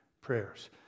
prayers